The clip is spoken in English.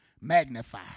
magnify